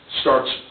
starts